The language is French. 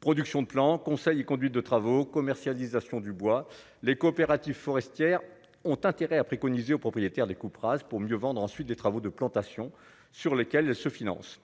production de plan et conduite de travaux commercialisation du bois, les coopératives forestières ont intérêt à préconiser aux propriétaires des coupes rases pour mieux vendre ensuite des travaux de plantations sur lesquels se finance,